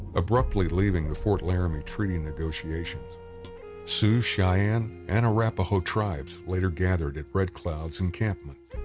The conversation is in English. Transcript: abruptly leaving the fort laramie treaty negotiations sioux, cheyenne and arapaho tribes later gathered at red cloud's encampment.